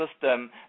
system